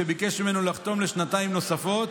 והוא ביקש ממנו לחתום לשנתיים נוספות,